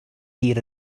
here